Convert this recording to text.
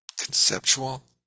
conceptual